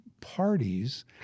parties